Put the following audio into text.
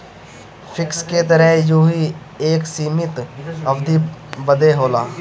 fix के तरह यहू एक सीमित अवधी बदे होला